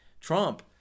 Trump